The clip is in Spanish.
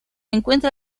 encuentra